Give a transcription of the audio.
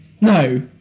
No